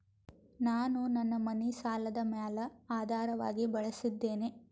ನಾನು ನನ್ನ ಮನಿ ಸಾಲದ ಮ್ಯಾಲ ಆಧಾರವಾಗಿ ಬಳಸಿದ್ದೇನೆ